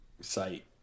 site